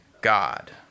God